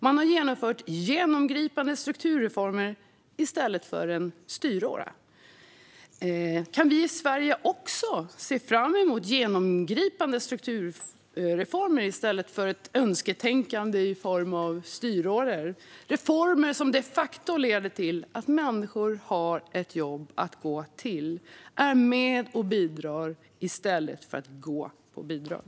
Man har genomfört genomgripande strukturreformer i stället för en styråra. Kan vi i Sverige också se fram emot genomgripande strukturreformer i stället för ett önsketänkande i form av styråror - reformer som de facto leder till att människor har ett jobb att gå till och är med och bidrar i stället för att gå på bidrag?